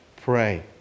pray